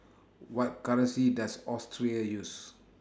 What currency Does Austria use